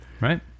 Right